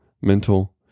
mental